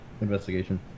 investigation